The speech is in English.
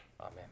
Amen